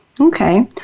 Okay